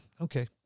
Okay